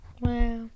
wow